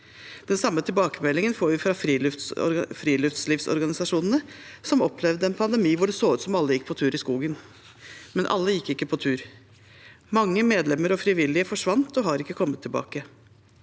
Den samme tilbakemeldingen får vi fra friluftslivsorganisasjonene, som opplevde en pandemi hvor det så ut som alle gikk på tur i skogen – men alle gikk ikke på tur. Mange medlemmer og frivillige forsvant og har ikke kommet tilbake.